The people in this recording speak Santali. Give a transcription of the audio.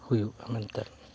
ᱦᱩᱭᱩᱜᱼᱟ ᱢᱮᱱᱛᱮᱫ